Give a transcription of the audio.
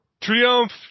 Triumph